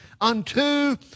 unto